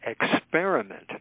experiment